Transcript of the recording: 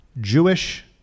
Jewish